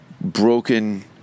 broken